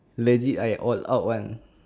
legit I all out one